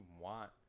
want